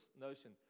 notion